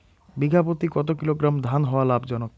বিঘা প্রতি কতো কিলোগ্রাম ধান হওয়া লাভজনক?